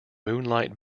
moonlight